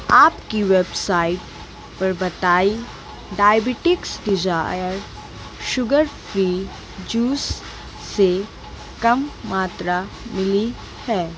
आपकी वेबसाइट पर बताई diabetics desire sugar free juice से कम मात्रा मिली है